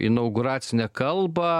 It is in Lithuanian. inauguracinę kalbą